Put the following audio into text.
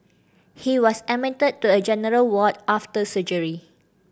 he was admitted to a general ward after surgery